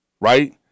right